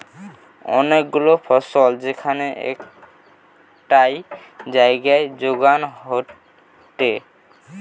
অনেক গুলা ফসল যেখান একটাই জাগায় যোগান হয়টে